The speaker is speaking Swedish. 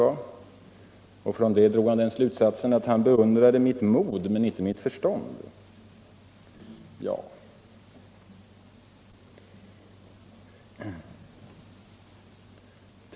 Av det drog han slutsatsen att han beundrade mitt mod men inte mitt förstånd.